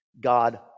God